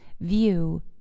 view